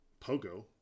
Pogo